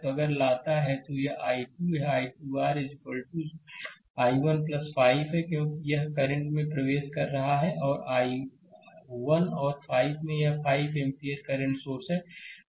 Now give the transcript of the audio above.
तो यह अगर लगता है कि यह I2 यह I2 r I1 5 है क्योंकि यह करंट में प्रवेश कर रहा है और I1 और 5 में यह 5 एम्पीयर करंट सोर्स है